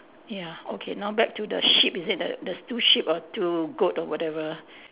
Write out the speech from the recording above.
ya okay now back to the sheep is it there there's two sheep or two goat or whatever